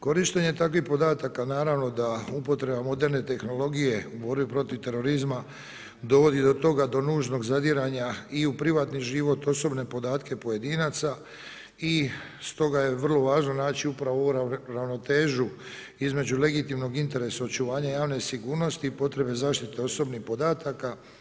Korištenje takvih podataka naravno da upotreba moderne tehnologije u borbi protiv terorizma dovodi do toga do nužnog zadiranja i u privatni život, osobne podatke pojedinaca i stoga je vrlo važno naći upravo ovu ravnotežu između legitimnog interesa očuvanja javne sigurnosti i potrebe zaštite osobnih podataka.